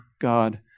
God